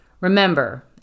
Remember